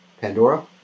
Pandora